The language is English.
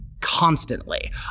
constantly